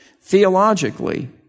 theologically